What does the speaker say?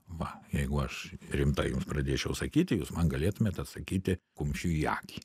va jeigu aš rimtai jums pradėčiau sakyti jūs man galėtumėt atsakyti kumščiu į akį